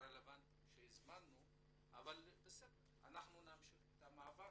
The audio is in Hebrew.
אבל אנחנו נמשיך את המאבק.